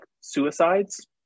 suicides